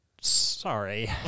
Sorry